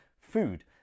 food